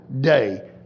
day